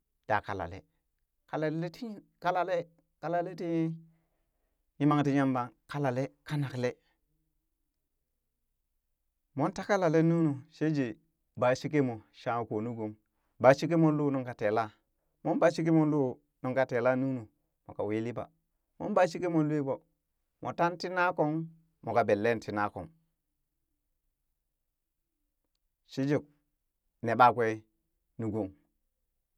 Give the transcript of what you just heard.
Da kalale, kalale ti kalale, kalale ti yimangti yamba kalale kanak lee, mon taa kalale nunu shejee baa sheke shangha koo nu gong, ɓaa sheke moon loo nunka teelaa mon baa sheke moo lo nungka tella nunu moka wi liɓaa moon ba shekee mon lwe ɓoo mo tan tii nakong moka bellee tii nakong sheje nee ba kwee nuu gong.